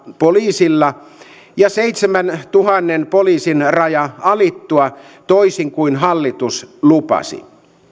poliisilla ja seitsemäntuhannen poliisin raja alittua toisin kuin hallitus lupasi